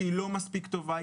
שהיא לא מספיק טובה,